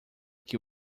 que